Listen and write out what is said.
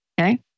okay